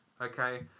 Okay